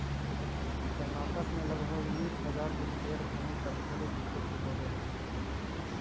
कर्नाटक में लगभग उनीस हज़ार हेक्टेयर भूमि पर फूलों की खेती होवे हई